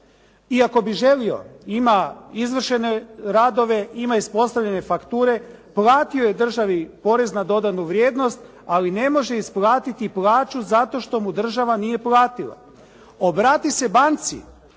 iako bi želio ima izvršene radove, ima ispostavljene fakture, platio je državi porez na dodanu vrijednost ali ne može isplatiti plaću zato što mu država nije platila. Obrati se banci